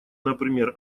например